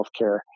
healthcare